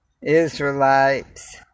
Israelites